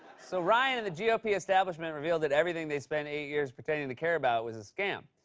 so ryan and the gop establishment revealed that everything they spent eight years pretending to care about was a scam.